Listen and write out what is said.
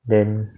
then